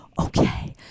Okay